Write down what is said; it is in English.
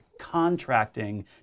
contracting